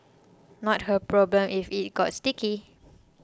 not her problem if it got sticky